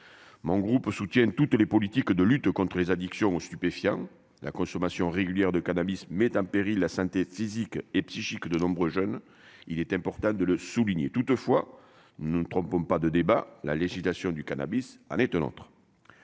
mon groupe soutiennent toutes les politiques de lutte contre les addictions aux stupéfiants, la consommation régulière de cannabis mettent en péril la synthétique et psychique, de nombreux jeunes, il est important de le souligner, toutefois, ne nous trompons pas de débat, la législation du cannabis de autre